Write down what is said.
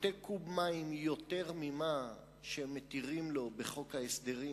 שותה קוב מים יותר ממה שמתירים לו בחוק ההסדרים